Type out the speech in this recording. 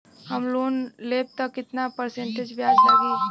हम लोन लेब त कितना परसेंट ब्याज लागी?